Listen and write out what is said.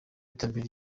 iterambere